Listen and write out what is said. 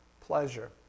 pleasure